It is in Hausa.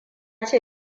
ce